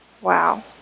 wow